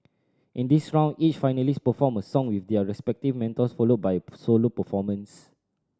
in this round each finalist performed a song with their respective mentors followed by solo performance